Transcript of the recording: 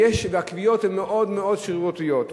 והקביעות הן מאוד מאוד שרירותיות.